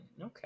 Okay